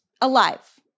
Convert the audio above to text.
alive